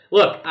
Look